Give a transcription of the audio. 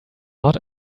not